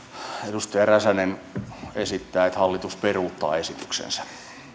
edustaja räsänen esittää että hallitus peruuttaa esityksensä